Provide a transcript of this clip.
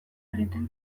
egiten